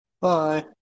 Bye